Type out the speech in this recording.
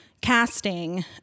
casting